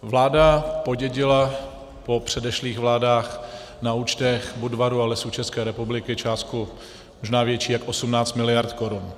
Vláda podědila po předešlých vládách na účtech Budvaru a Lesů České republiky částku možná větší než 18 mld. korun.